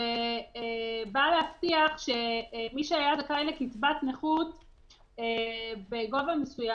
שבא להבטיח שמי שהיה זכאי לקצבת נכות בגובה מסוים,